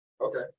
Okay